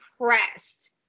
impressed